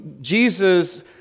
Jesus